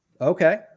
Okay